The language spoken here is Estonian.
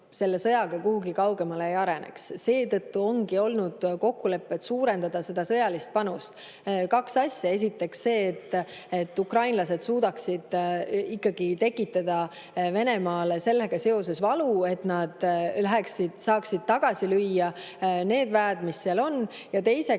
selle sõjaga kuhugi kaugemale ei areneks. Seetõttu ongi olnud kokkulepped suurendada sõjalist panust. Kaks asja. Esiteks see, et ukrainlased suudaksid tekitada Venemaale sellega seoses valu, et nad saaksid tagasi lüüa need väed, mis seal on, ja teiseks,